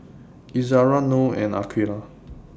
Izzara Noh and Aqilah